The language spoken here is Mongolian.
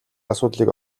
асуудлыг